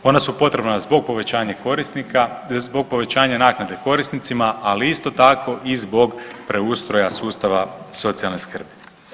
Ona su potrebna zbog povećanja korisnika, zbog povećanja naknade korisnicima, ali isto tako i zbog preustroja sustava socijalne skrbi.